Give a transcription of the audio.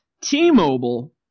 t-mobile